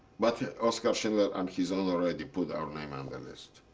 but oskar schindler, on his own already, put our name on the list.